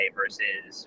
versus